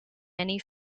many